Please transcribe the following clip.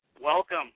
welcome